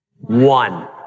One